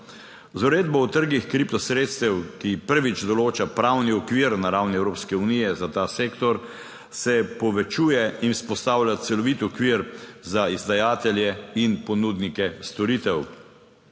Z uredbo o trgih kriptosredstev, ki prvič določa pravni okvir na ravni Evropske unije za ta sektor, se povečuje in vzpostavlja celovit okvir za izdajatelje in ponudnike storitev.